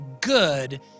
good